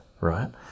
right